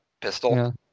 pistol